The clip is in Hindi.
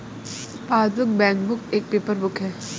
पासबुक, बैंकबुक एक पेपर बुक है